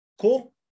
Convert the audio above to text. Cool